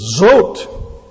Zot